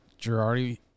Girardi